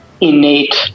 innate